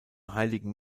heiligen